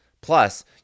Plus